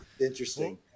interesting